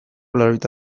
laurogeita